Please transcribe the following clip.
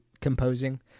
composing